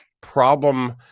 problem